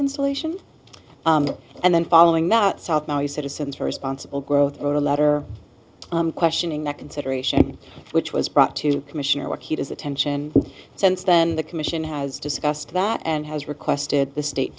insulation and then following that south now you citizens are responsible growth wrote a letter on questioning that consideration which was brought to commissioner what he does attention since then the commission has discussed that and has requested the state